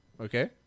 Okay